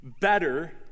better